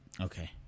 Okay